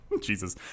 jesus